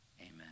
amen